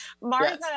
martha